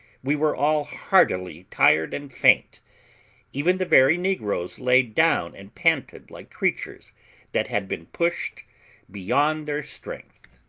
we were all heartily tired and faint even the very negroes laid down and panted like creatures that had been pushed beyond their strength.